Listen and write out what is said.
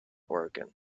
oregon